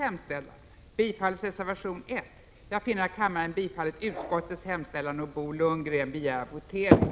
Beslut skulle fattas genom omröstning. Omröstningen skulle förrättas med rösträkning.